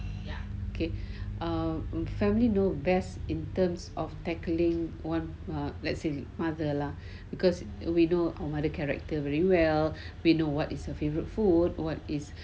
okay err family know best in terms of tackling one err let's say the mother lah because we know our mother character very well we know what is your favourite food what is